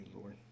Lord